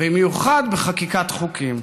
במיוחד בחקיקת חוקים.